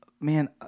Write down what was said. Man